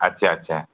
आच्छा आच्छा